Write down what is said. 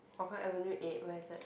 Hougang avenue eight where is that